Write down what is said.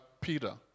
Peter